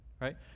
right